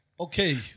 okay